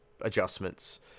adjustments